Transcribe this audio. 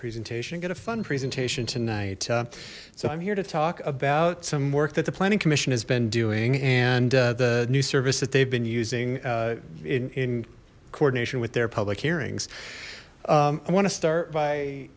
presentation get a fun presentation tonight so i'm here to talk about some work that the planning commission has been doing and the new service that they've been using in in coordination with their public hearings i want to start by